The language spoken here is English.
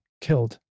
killed